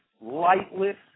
lightless